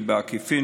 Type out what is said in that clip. ובעקיפין,